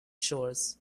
shores